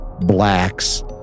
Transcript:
blacks